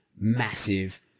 massive